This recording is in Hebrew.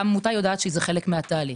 העמותה יודעת שזה חלק מהתהליך.